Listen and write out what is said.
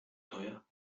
teuer